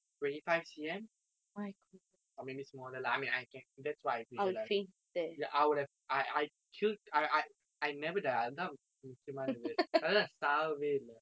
twenty five C_M or maybe smaller lah I mean I can that's what I visualise lah I would have I I killed I I I never die அதுதான் முக்கியம் ஆனது அதான் சாவவே இல்லே:athuthaan mukkiyam aanathu athan savave illae